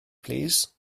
plîs